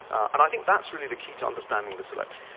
and i think that's really the key to understanding this election.